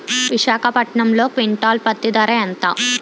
విశాఖపట్నంలో క్వింటాల్ పత్తి ధర ఎంత?